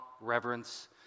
reverence